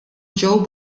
joe